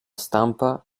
stampa